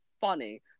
funny